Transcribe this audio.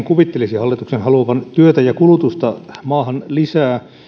kuvittelisi hallituksen haluavan työtä ja kulutusta maahan lisää